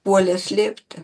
puolė slėpti